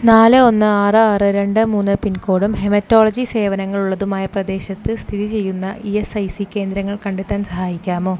നാല് ഒന്ന് ആറ് ആറ് രണ്ട് മൂന്ന് പിൻകോഡും ഹെമറ്റോളജി സേവനങ്ങൾ ഉള്ളതുമായ പ്രദേശത്ത് സ്ഥിതി ചെയ്യുന്ന ഇ എസ് ഐ സി കേന്ദ്രങ്ങൾ കണ്ടെത്താൻ സഹായിക്കാമോ